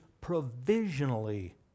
provisionally